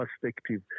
perspective